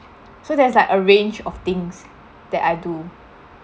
so there's like a range of things that I do